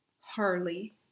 Harley